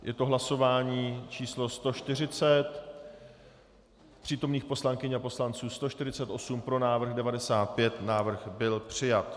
Je to hlasování číslo 140, přítomných poslankyň a poslanců 148, pro návrh 95, návrh byl přijat.